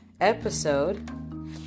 episode